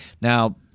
Now